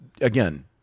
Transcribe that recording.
again